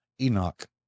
Enoch